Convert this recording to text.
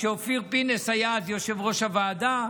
כשאופיר פינס היה אז יושב-ראש הוועדה.